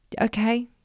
Okay